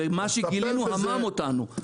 ומה שגילינו המם אותנו.